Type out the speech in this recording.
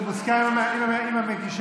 זה מוסכם עם המגישה?